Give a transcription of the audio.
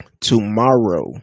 Tomorrow